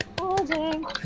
Holding